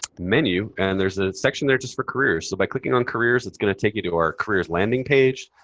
menu. and there's a section there just for careers. so by clicking on careers, it's going to take you to our careers landing page.